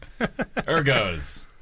Ergos